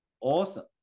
awesome